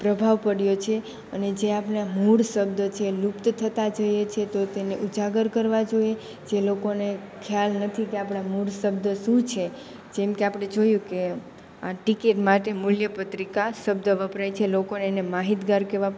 પ્રભાવ પડ્યો છે અને જે આપણા મૂળ શબ્દો છે લુપ્ત થતાં જઈએ છે તો તેને ઉજાગર કરવા જોઈએ જે લોકોને ખ્યાલ નથી કે આપણા મૂળ શબ્દો શું છે જેમકે આપણે જોયું કે આ ટિકિટ માટે મૂલ્યપત્રિકા શબ્દ વપરાય છે લોકોને એને માહિતગાર કરવા